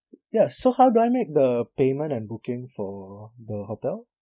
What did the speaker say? ya so how do I make the payment and booking for the hotel